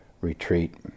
retreat